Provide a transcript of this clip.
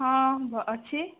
ହଁ ଅଛି